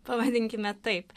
pavadinkime taip